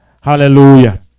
Hallelujah